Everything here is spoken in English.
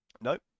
Nope